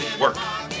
work